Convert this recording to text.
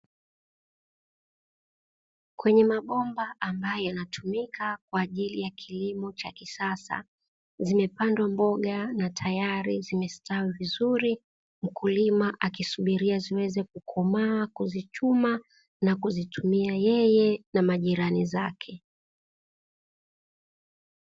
Kwenye mabomba ambayo yanatumika kwa ajili yakutumika kwenye kilimo cha kisasa, zimepandwa mboga na tayari zimestawi vizuri. Mkulima akisubiria ziweze kukomaa kuzichuma na kuzitumia yeye na majirani zake.